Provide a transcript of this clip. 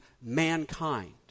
mankind